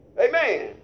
Amen